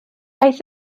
aeth